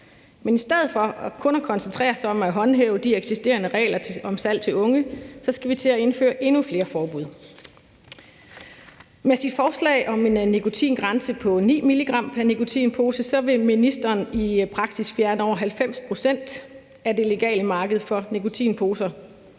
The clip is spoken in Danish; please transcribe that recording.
men i stedet for kun at koncentrere sig om at håndhæve de eksisterende regler om salg til unge skal vi til at indføre endnu flere forbud. Med sit forslag om en nikotingrænse på 9 mg pr. nikotinpose vil ministeren i praksis fjerne over 90 pct. af det legale marked for nikotinposer.